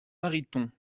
mariton